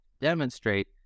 demonstrate